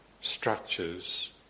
structures